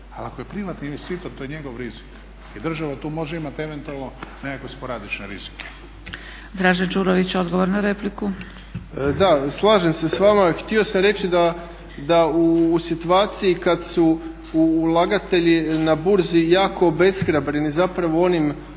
ako je privatni investitor to je njegov rizik. I država tu može imati eventualno nekakve sporadične rizike. **Zgrebec, Dragica (SDP)** Dražen Đurović odgovor na repliku. **Đurović, Dražen (HDSSB)** Da slažem se sa vama, htio sam reći da u situaciji kad su ulagatelji na burzi jako obeshrabreni, zapravo onim